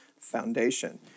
foundation